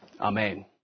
Amen